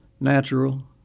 natural